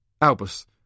Albus